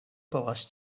povas